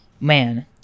Man